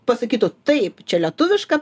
pasakytų taip čia lietuviška